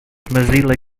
mozilla